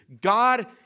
God